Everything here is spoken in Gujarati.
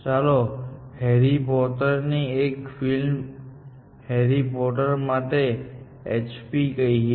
ચાલો હેરી પોટર ની એક ફિલ્મ હેરી પોટર માટે HP કહીએ